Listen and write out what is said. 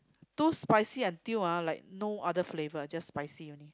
too spicy until ah like no other flavour just spicy only